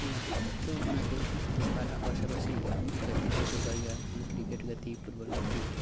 ᱴᱷᱤᱠ ᱜᱮᱭᱟ ᱛᱚ ᱚᱱᱟ ᱛᱮ ᱯᱟᱲᱦᱟᱜ ᱯᱟᱥᱟᱯᱟᱥᱤ ᱜᱟᱛᱮ ᱦᱚᱸ ᱫᱚᱨᱠᱟᱨ ᱜᱮᱭᱟ ᱡᱮᱢᱚᱱ ᱠᱨᱤᱠᱮᱴ ᱜᱟᱛᱮ ᱯᱷᱩᱴᱵᱚᱞ ᱜᱟᱛᱮᱜ